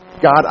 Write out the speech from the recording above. God